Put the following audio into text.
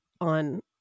on